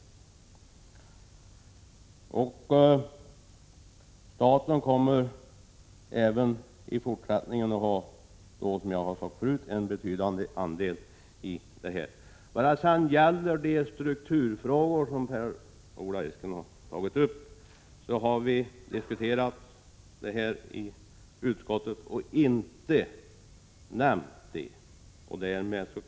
Som jag sagt tidigare kommer staten även i fortsättningen att ha en betydande ägarandel i SSAB. De strukturfrågor som Per-Ola Eriksson tog upp har diskuterats i utskottet men inte nämnts i betänkandet.